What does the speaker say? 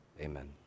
amen